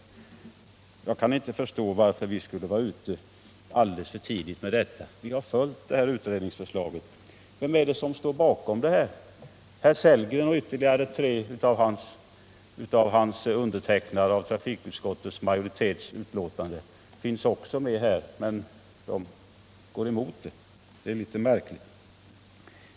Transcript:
Jag kan då inte förstå varför vi skulle vara ute alldeles för tidigt med detta. Vi har följt utredningens förslag. Bakom detta förslag står herr Sellgren och ytterligare tre av de borgerliga ledamöter som undertecknat trafikutskottets betänkande. Men dessa går nu emot vårt förslag, och det är litet märkligt.